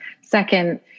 second